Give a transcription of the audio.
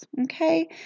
okay